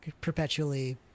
perpetually